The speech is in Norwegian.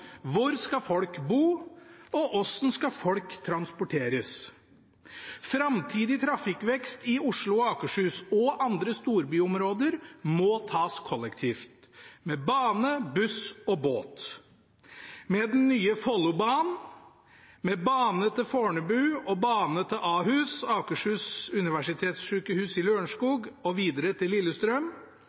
Hvor skal folk bo, og hvordan skal folk transporteres? Framtidig trafikkvekst i Oslo og Akershus og andre storbyområder må tas kollektivt, med bane, buss og båt, med den nye Follobanen, med bane til Fornebu og bane til Ahus, Akershus universitetssykehus i Lørenskog, og videre til Lillestrøm.